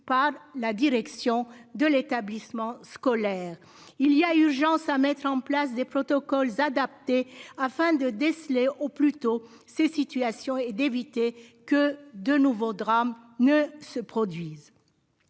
par la direction de l'établissement scolaire, il y a urgence à mettre en place des protocoles adaptés afin de déceler au plus tôt. Ces situations et d'éviter que de nouveaux drames ne se produisent.